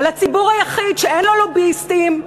על הציבור היחיד שאין לו לוביסטים,